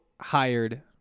hired